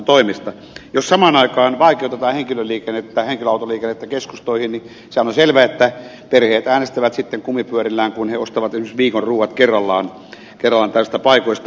jos samaan aikaan vaikeutetaan henkilöautoliikennettä keskustoihin niin sehän on selvää että perheet äänestävät sitten kumipyörillään kun he ostavat esimerkiksi viikon ruoat kerralla tällaisista paikoista